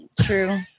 True